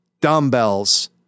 dumbbells